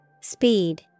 Speed